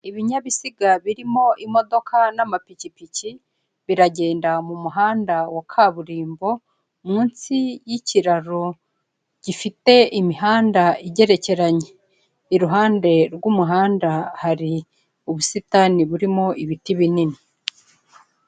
Ibinyabiziga birimo imodoka n'amapikipiki, biragenda mu muhanda wa kaburimbo, munsi y'ikiraro gifite imihanda igerekeranye. Iruhande rw'umuhanda hari ubusitani burimo ibiti binini.